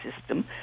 system